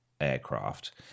aircraft